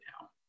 now